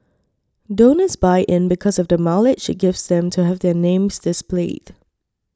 donors buy in because of the mileage it gives them to have their names displayed